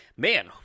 Man